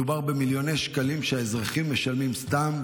מדובר במיליוני שקלים שהאזרחים משלמים סתם,